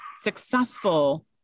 successful